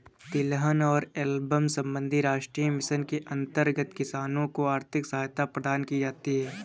तिलहन एवं एल्बम संबंधी राष्ट्रीय मिशन के अंतर्गत किसानों को आर्थिक सहायता प्रदान की जाती है